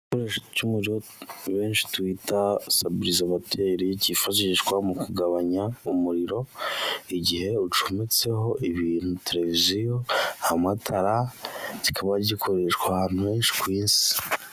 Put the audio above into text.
Igikoresha c'umuriro benshi twita sabilizivateri ,kifashishwa mu kugabanya umuriro igihe ucometseho ibintu televiziyo ,amatara kikaba gikoreshwa ahantu henshi ku isi.